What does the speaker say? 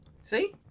See